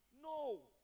No